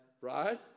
right